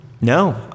No